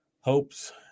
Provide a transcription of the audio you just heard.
hopes